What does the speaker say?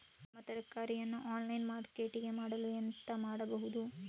ನಮ್ಮ ತರಕಾರಿಯನ್ನು online marketing ಮಾಡಲು ಎಂತ ಮಾಡುದು?